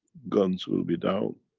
guns will be down.